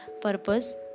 purpose